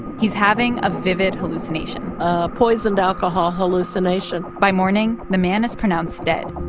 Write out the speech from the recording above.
he's having a vivid hallucination a poisoned alcohol hallucination by morning, the man is pronounced dead.